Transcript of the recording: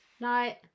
Night